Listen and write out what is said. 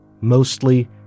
mostly